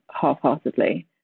half-heartedly